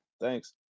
Thanks